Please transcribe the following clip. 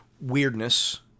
weirdness